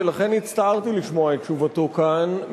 ולכן הצטערתי לשמוע את תשובתו כאן,